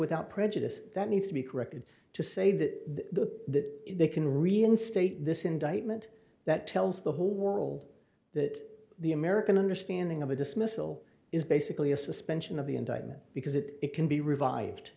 without prejudice that needs to be corrected to say that they can reinstate this indictment that tells the whole world that the american understanding of a dismissal is basically a suspension of the indictment because it can be revived